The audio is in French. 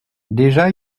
déjà